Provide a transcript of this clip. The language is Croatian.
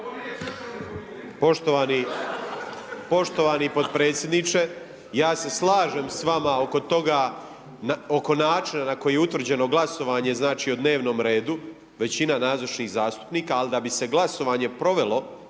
Poštovani potpredsjedniče, ja se slažem s vama oko toga, oko načina na koji je utvrđeno glasovanje, znači, o dnevnom redu, većina nazočnih zastupnika, ali da bi se glasovanje provelo